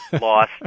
Lost